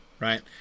right